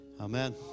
Amen